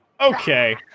Okay